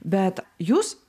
bet jūs